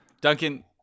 Duncan